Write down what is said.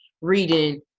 reading